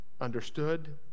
understood